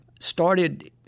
started –